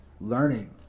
learning